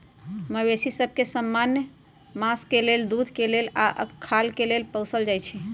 मवेशि सभ के समान्य मास के लेल, दूध के लेल आऽ खाल के लेल पोसल जाइ छइ